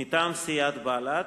מטעם סיעת בל"ד,